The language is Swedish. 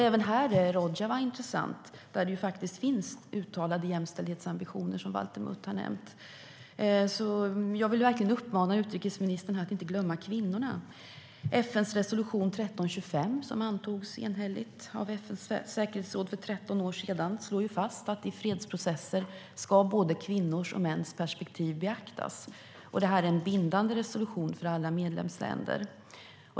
Även här är Rojava intressant då där faktiskt finns, som Valter Mutt nämnde, uttalade jämställdhetsambitioner. Jag vill verkligen uppmana utrikesministern att inte glömma kvinnorna. FN:s resolution 1325, som antogs enhälligt av FN:s säkerhetsråd för 13 år sedan, slår fast att i fredsprocesser ska både kvinnors och mäns perspektiv beaktas. Det är en bindande resolution för alla medlemsländer.